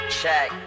check